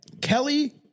Kelly